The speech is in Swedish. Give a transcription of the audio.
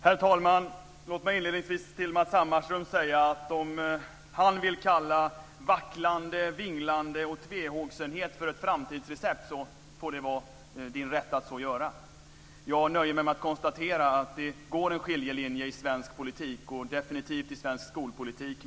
Herr talman! Låt mig inledningsvis säga till Matz Hammarström att det får vara hans rätt, om han vill kalla vacklande, vinglande och tvehågsenhet för ett framtidsrecept. Jag nöjer mig med att konstatera att det går en skiljelinje mellan höger och vänster i svensk politik, och definitivt i svensk skolpolitik.